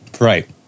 Right